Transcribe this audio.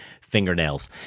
fingernails